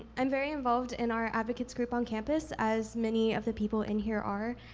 i'm very involved in our advocates group on campus, as many of the people in here are,